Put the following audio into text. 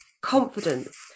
confidence